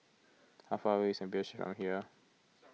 how far away is from here